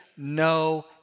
No